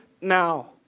now